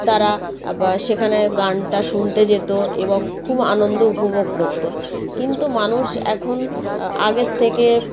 তারা সেখানে গানটা শুনতে যেত এবং খুব আনন্দ উপভোগ করত কিন্তু মানুষ এখন আগের থেকে